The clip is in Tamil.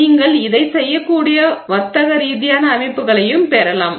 நீங்கள் இதைச் செய்யக்கூடிய வர்த்தக ரீதியான அமைப்புகளையும் பெறலாம்